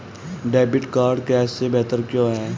Debit card cash से बेहतर क्यों है?